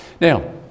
Now